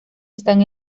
están